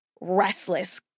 restless